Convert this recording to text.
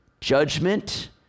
judgment